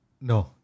No